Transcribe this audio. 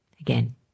Again